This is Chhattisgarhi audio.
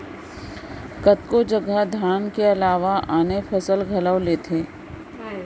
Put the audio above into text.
कतको जघा धान के अलावा आने फसल घलौ लेथें